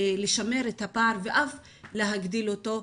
לשמר את הפער ואף להגדיל אותו.